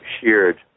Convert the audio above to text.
shared